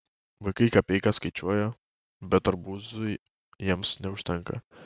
vaikai kapeikas skaičiuoja bet arbūzui jiems neužtenka